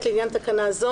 (ב)לעניין תקנה זו,